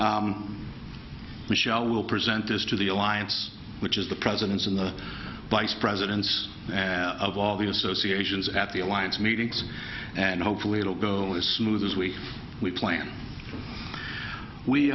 michelle will present us to the alliance which is the presidents and vice presidents of all the associations at the alliance meetings and hopefully it'll go as smooth as we we plan